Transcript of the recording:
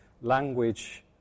language